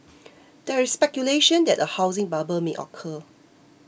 there is speculation that a housing bubble may occur